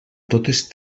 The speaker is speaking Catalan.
totes